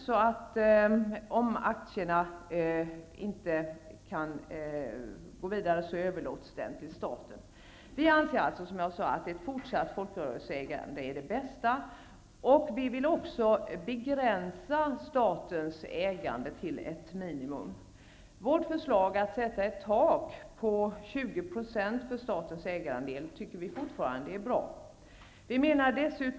Om aktierna inte kan föras vidare överlåts de till staten. Som jag sade anser vi att ett fortsatt folkrörelseägande är bäst. Vi vill också begränsa statens ägande till ett minimum. Vi tycker fortfarande att vårt förslag att sätta ett tak på 20 % för statens ägarandel är bra.